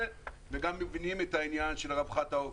וגם מבינים את העניין של רווחת העוף.